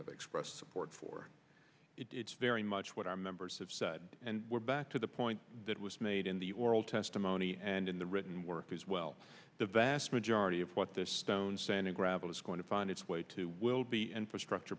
have expressed support for it's very much what our members have said and we're back to the point that was made in the oral testimony and in the written work as well the vast majority of what this stone sand and gravel is going to find its way to will be infrastructure